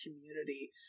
community